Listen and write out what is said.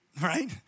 Right